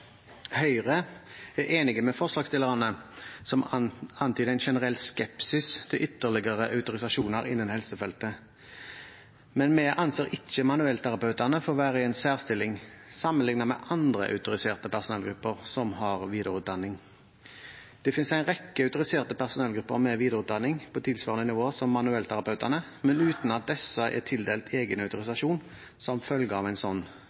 Høyre er enig med forslagsstillerne, som antyder en generell skepsis til ytterligere autorisasjoner innen helsefeltet. Men vi anser ikke manuellterapeutene for å være i en særstilling sammenlignet med andre autoriserte personellgrupper som har videreutdanning. Det finnes en rekke autoriserte personellgrupper med videreutdanning på tilsvarende nivå som manuellterapeutene, men uten at disse er tildelt egen autorisasjon som følge av en sånn